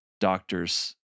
doctors